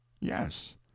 Yes